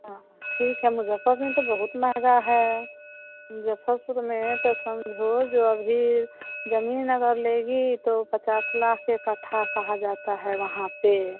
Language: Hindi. हाँ ठीक है मुजफ्फ़र में तो बहुत महंगा है मुजफ्फ़रपुर में तो समझो जो अभी ज़मीन अगर लेगी तो पच्चीस लाख के कथा कहा जाता है वहाँ पर